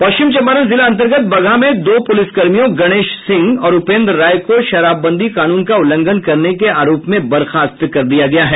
पश्चिम चंपारण जिला अन्तर्गत बगहा में दो पुलिसकर्मियों गणेश सिंह और उपेंद्र राय को शराबबंदी कानून का उल्लंघन करने के आरोप में बर्खास्त कर दिया गया है